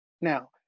Now